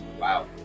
wow